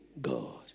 God